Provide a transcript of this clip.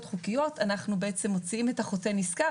חוקיות אנחנו מוציאים את החוטא נשכר,